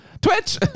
twitch